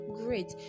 great